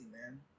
man